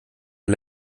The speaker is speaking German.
der